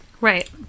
Right